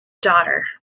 daughter